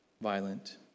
violent